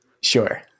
Sure